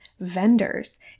vendors